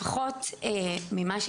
זה אחד.